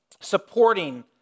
supporting